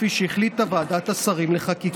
כפי שהחליטה ועדת השרים לחקיקה.